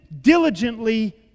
diligently